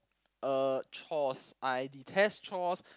uh chores I detest chores